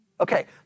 Okay